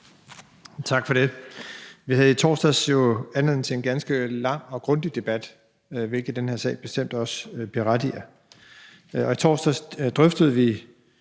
Tak for det. Vi havde i torsdags jo anledning til en ganske lang og grundig debat, hvilket den her sag bestemt også berettiger. I torsdags drøftede vi